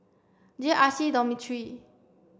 J R C Dormitory